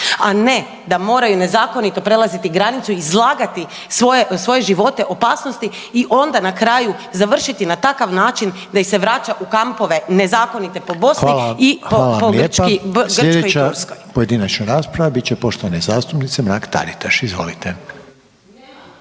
a ne da moraju nezakonito prelaziti granicu i izlagati svoje živote opasnosti i onda na kraju završiti na takav način da ih se vraća u kampove nezakonite po Bosni i po Grčkoj i Turskoj. **Reiner, Željko (HDZ)** Hvala lijepa. Sljedeća pojedinačna rasprava bit će poštovane zastupnice Mrak Taritaš. Izvolite.